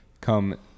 come